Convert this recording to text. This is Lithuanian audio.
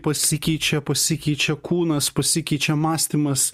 pasikeičia pasikeičia kūnas pasikeičia mąstymas